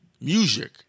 music